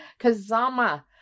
Kazama